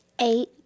Eight